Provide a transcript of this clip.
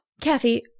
Kathy